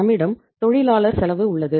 நம்மிடம் தொழிலாளர் செலவு உள்ளது